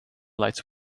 lights